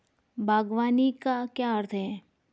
बागवानी का क्या अर्थ है?